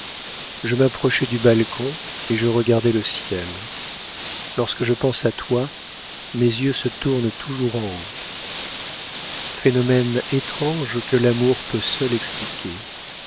je m'approchai du balcon et je regardai le ciel lorsque je pense à toi mes yeux se tournent toujours en haut phénomène étrange que l'amour peut seul expliquer